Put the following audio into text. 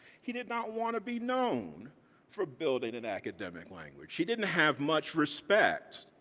he did not wanna be known for building an academic language. he didn't have much respect,